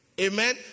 Amen